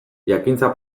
jakintza